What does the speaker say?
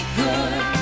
good